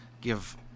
give